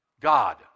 God